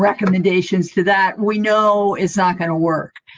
recommendations to that, we know it's not going to work.